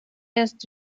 jest